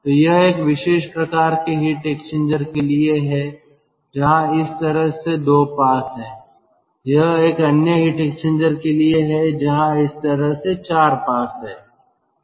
तो यह एक विशेष प्रकार के हीट एक्सचेंजर के लिए है जहां इस तरह से 2 पास हैं यह एक अन्य हीट एक्सचेंजर के लिए है जहां इस तरह से 4 पास हैं